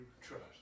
trust